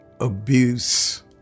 abuse